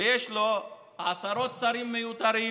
ויש לו עשרות שרים מיותרים,